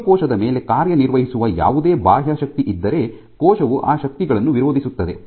ಜೀವಕೋಶದ ಮೇಲೆ ಕಾರ್ಯನಿರ್ವಹಿಸುವ ಯಾವುದೇ ಬಾಹ್ಯ ಶಕ್ತಿ ಇದ್ದರೆ ಕೋಶವು ಆ ಶಕ್ತಿಗಳನ್ನು ವಿರೋಧಿಸುತ್ತದೆ